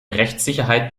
rechtssicherheit